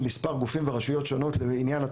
מספר גופים ורשויות שונות לעניין התבחינים,